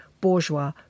bourgeois